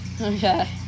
Okay